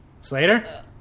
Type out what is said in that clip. Slater